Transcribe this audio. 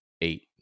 eight